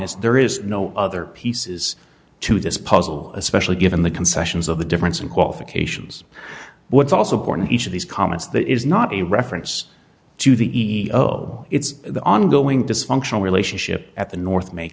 is there is no other pieces to this puzzle especially given the concessions of the difference and qualifications what's also borne in each of these comments that is not a reference to the e o it's the ongoing dysfunctional relationship at the north ma